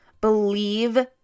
Believe